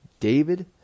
David